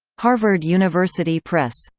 harvard university press.